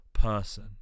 person